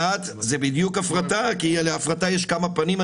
זה בדיוק הפרטה כי להפרטה יש כמה פנים.